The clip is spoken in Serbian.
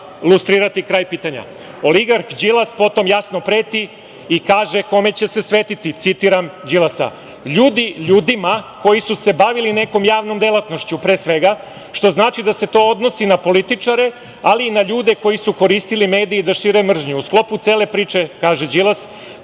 lustrirati? Kraj pitanja. Potom, oligarh Đilas, jasno preti i kaže, kome će se svetiti. Citiram Đilasa – „Ljudi, ljudima koji su se bavili nekom javnom delatnošću, pre svega, što znači da se to odnosi na političare, ali i na ljude koji su koristili medije da šire mržnju. U sklopu cele priče to će se